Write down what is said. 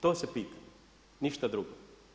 To se pita, ništa drugo.